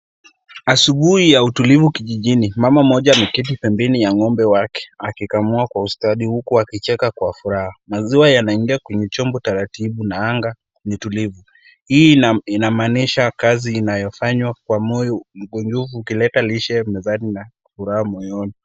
Asubuhi ya utulivu kijijini, mama mmoja ameketi pembeni ya ng'ombe wake akikamua kwa ustadi huku akicheka kwa furaha, maziwa yanaingia kwenye chombo taratibu, na anga ni tulivu, hii inamaanisha kazi inayofanywa kwa moyo mkunjufu ukileta lishe mezani na furaha moyoni.